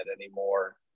anymore